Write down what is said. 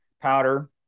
powder